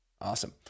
Awesome